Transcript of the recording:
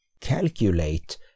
calculate